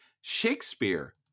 Shakespeare